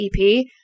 EP